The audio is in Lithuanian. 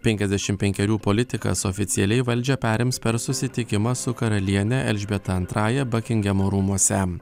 penkiasdešim penkerių politikas oficialiai valdžią perims per susitikimą su karaliene elžbieta antrąja bakingamo rūmuose